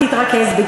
תתרכז בי.